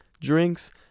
drinks